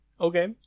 Okay